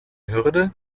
hürde